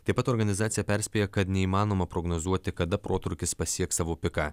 taip pat organizacija perspėja kad neįmanoma prognozuoti kada protrūkis pasieks savo piką